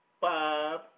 five